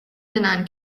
دونن